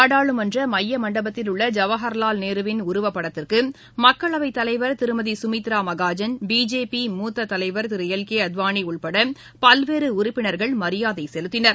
நாடாளுமன்றமையமண்டபத்தில் உள்ள ஜவஹா்லால் நேருவின் உருவப்படத்திற்குமக்களவைத் தலைவா் திருமதிசுமித்ராமகாஜன் பிஜேபி மூத்ததலைவா் திருஎல் கேஅத்வாளிஉட்படபல்வேறுஉறுப்பினா்கள் மரியாதைசெலுத்தினர்